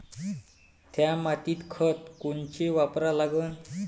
थ्या मातीत खतं कोनचे वापरा लागन?